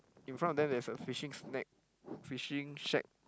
in front of them there's a fishing snack fishing shack